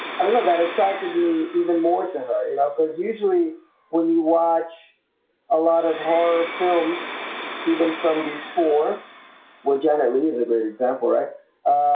i don't know that attracted me even more to her, you know, because usually when you watch a lot of horror films even somebody for well, jenna leaves a very example, right?